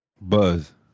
Buzz